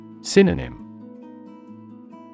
Synonym